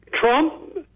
Trump